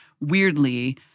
weirdly